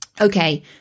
okay